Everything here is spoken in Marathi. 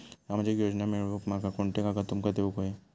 सामाजिक योजना मिलवूक माका कोनते कागद तुमका देऊक व्हये?